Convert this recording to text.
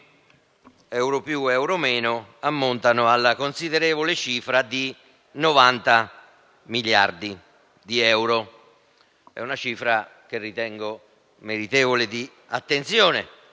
euro più euro meno, ammontano alla considerevole cifra di 90 miliardi di euro. È una cifra che ritengo meritevole di attenzione.